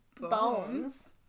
Bones